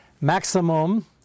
maximum